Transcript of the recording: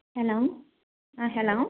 hello ആ hello